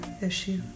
issue